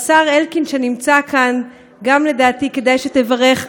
השר אלקין, שנמצא כאן, גם, לדעתי, כדאי שתברך.